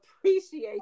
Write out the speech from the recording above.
appreciate